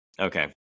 Okay